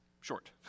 short